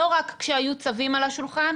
לא רק כשהיו צווים על השולחן,